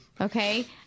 Okay